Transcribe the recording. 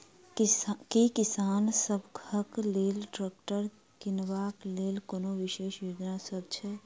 की किसान सबहक लेल ट्रैक्टर किनबाक लेल कोनो विशेष योजना सब छै?